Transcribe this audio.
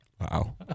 Wow